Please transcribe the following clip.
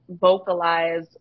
vocalize